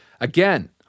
Again